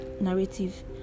narrative